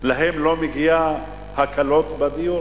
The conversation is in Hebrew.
להם לא מגיע הקלות בדיור?